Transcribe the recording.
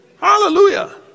hallelujah